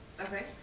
Okay